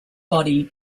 body